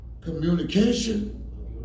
communication